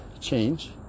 change